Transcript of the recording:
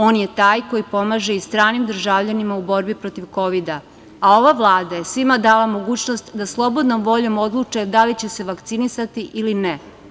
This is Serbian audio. On je taj koji pomaže i stranim državljanima u borbi protiv Kovida, a ova Vlada je svima dala mogućnost da slobodnom voljom odluče da li će se vakcinisati ili ne.